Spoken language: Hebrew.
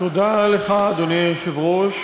אדוני היושב-ראש,